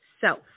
self